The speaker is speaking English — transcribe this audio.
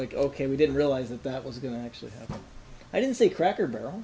like ok we didn't realize that that was going to actually i didn't say cracker barrel